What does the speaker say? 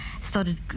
started